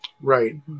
Right